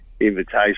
invitation